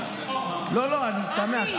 לא, אני שמח.